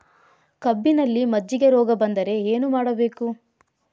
ಕಬ್ಬಿನಲ್ಲಿ ಮಜ್ಜಿಗೆ ರೋಗ ಬಂದರೆ ಏನು ಮಾಡಬೇಕು?